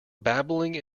babbling